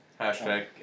hashtag